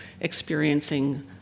experiencing